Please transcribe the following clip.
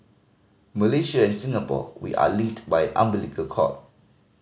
Malaysia and Singapore we are linked by an umbilical cord